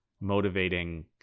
motivating